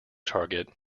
target